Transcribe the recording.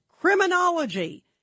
criminology